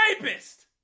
rapist